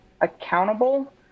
accountable